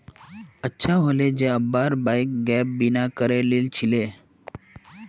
अच्छा हले जे अब्बार बाइकेर गैप बीमा करे लिल छिले